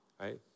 right